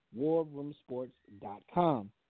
Warroomsports.com